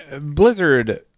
Blizzard